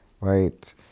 right